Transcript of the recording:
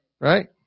Right